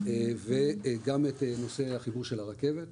וגם את נושא החיבור של הרכבת.